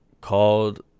called